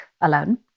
alone